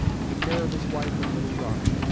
and the care of his wife and little daughter.